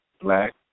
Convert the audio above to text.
black